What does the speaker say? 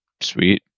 Sweet